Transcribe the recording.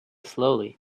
slowly